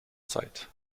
zeit